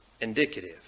indicative